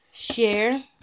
share